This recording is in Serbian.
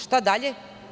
Šta dalje?